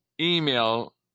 email